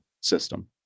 system